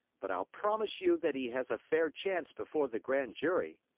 but i'll promise you that he has a fair chance before the grand jury.